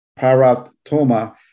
paratoma